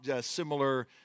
similar